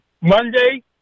Monday